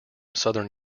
southern